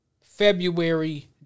February